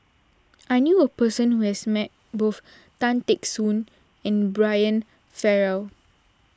I knew a person who has met both Tan Teck Soon and Brian Farrell